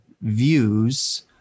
views